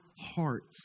hearts